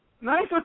nice